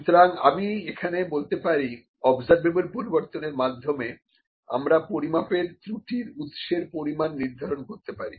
সুতরাং আমি এখানে বলতে পারি অবজারভেবল পরিবর্তনের মাধ্যমে আমরা পরিমাপের ত্রূটির উৎসের পরিমান নির্ধারণ করতে পারি